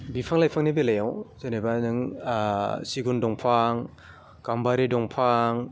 बिफां लाइफांनि बेलायाव जेनेबा नों सिगुन दंफां गाम्बारि दंफां